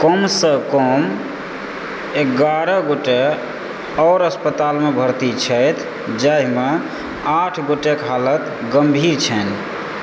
कम सँ कम एगारह गोटे आओर अस्पतालमे भर्ती छथि जाहिमे आठ गोटेक हालत गम्भीर छनि